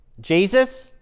Jesus